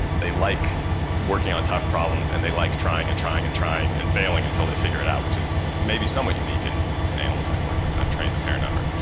they like working on tough problems and they like trying and trying and trying and failing until they figure it out, which is maybe somewhat unique in animals i've worked with, and i've trained a fair number.